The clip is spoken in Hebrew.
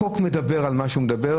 החוק מדבר על מה שהוא מדבר.